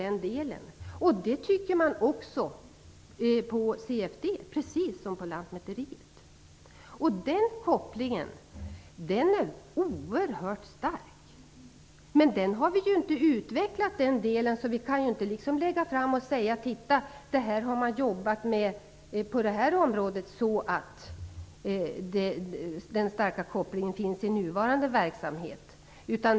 Detta anser man också på CFD, och även på Lantmäteriet. Kopplingen är oerhört stark, men den är inte utvecklad. Det går inte att säga att här tas ett visst område med för att få den starka kopplingen i den nuvarande verksamheten.